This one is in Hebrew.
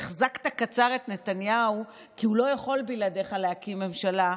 שהחזקת קצר את נתניהו כי הוא לא יכול בלעדיך להקים ממשלה,